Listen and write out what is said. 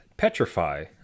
petrify